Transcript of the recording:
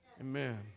Amen